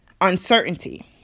uncertainty